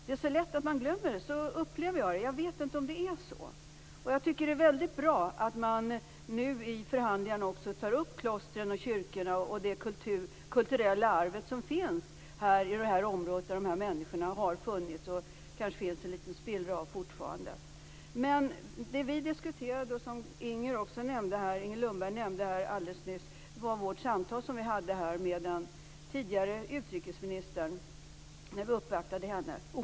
Det är så lätt att man glömmer. Så upplever jag det. Jag vet inte om det är så. Jag tycker att det är väldigt bra att man nu i förhandlingarna också tar upp klostren, kyrkorna och det kulturella arv som finns i det här området där dessa människor har funnits - och det kanske finns en liten spillra fortfarande. Det vi diskuterade, och som Inger Lundberg också nämnde här alldeles nyss, var det samtal som vi hade med den tidigare utrikesministern när vi uppvaktade henne.